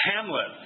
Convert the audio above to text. Hamlet